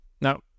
Now